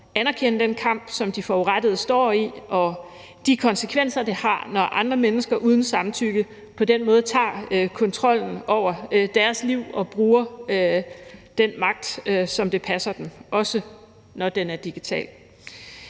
anerkende den kamp, som de forurettede står i, og de konsekvenser, det har, når andre mennesker uden samtykke på den måde tager kontrollen over deres liv og bruger den magt, som det passer dem, også når den er digital.